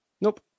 Nope